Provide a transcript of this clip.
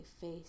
face